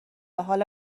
حالا